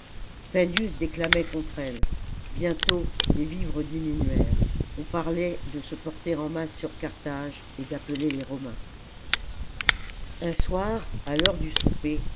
spendius déclamait contre elle bientôt les vivres diminuèrent on parlait de se porter en masse sur carthage et d'appeler les romains un soir à l'heure du souper